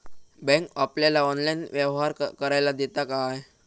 Bank आपल्याला online व्यवहार करायला देता काय?